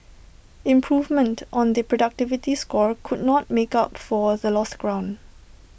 improvement on the productivity score couldn't make up for the lost ground